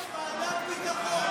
ועדת ביטחון.